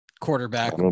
quarterback